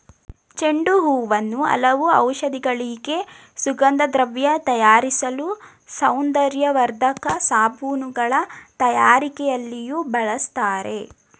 ಚೆಂಡು ಹೂವನ್ನು ಹಲವು ಔಷಧಿಗಳಿಗೆ, ಸುಗಂಧದ್ರವ್ಯ ತಯಾರಿಸಲು, ಸೌಂದರ್ಯವರ್ಧಕ ಸಾಬೂನುಗಳ ತಯಾರಿಕೆಯಲ್ಲಿಯೂ ಬಳ್ಸತ್ತರೆ